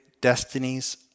destinies